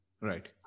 Right